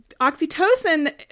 Oxytocin